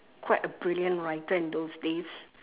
quite a brilliant writer in those days